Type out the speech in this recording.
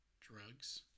drugs